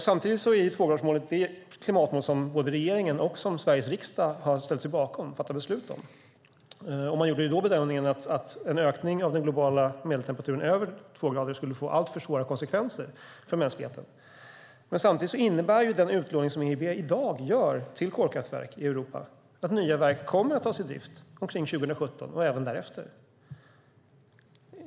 Samtidigt är tvågradersmålet ett klimatmål som både regeringen och Sveriges riksdag har ställt sig bakom och fattat beslut om. Man gjorde då bedömningen att en ökning av den globala medeltemperaturen över två grader skulle få alltför svåra konsekvenser för mänskligheten. Samtidigt innebär den utlåning som EIB i dag ger till kolkraftverk i Europa att nya verk kommer att tas i drift omkring 2017 och även därefter.